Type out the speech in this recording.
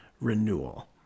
renewal